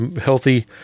Healthy